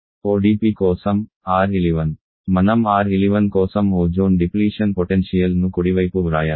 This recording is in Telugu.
ODP కోసం R 11 మనం R 11 కోసం ఓజోన్ డిప్లీషన్ పొటెన్షియల్ ను కుడివైపు వ్రాయాలి